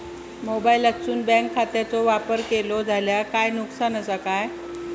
मोबाईलातसून बँक खात्याचो वापर केलो जाल्या काय नुकसान असा काय?